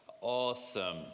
Awesome